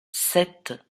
sept